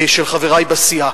של חברי בסיעה,